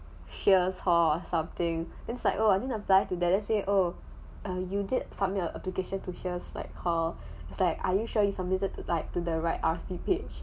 sheares hall or something like oh I didn't apply to for that then say oh you did submit your application to sheares hall it's like are you sure you submitted to like to the right R_C page